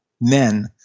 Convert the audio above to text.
men